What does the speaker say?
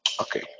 Okay